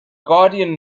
guardian